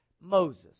Moses